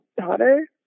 daughter